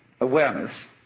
awareness